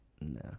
No